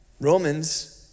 Romans